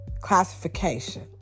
Classification